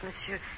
monsieur